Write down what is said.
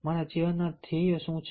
મારા જીવનના ધ્યેયો શું છે